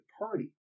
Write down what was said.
Party